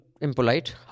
Impolite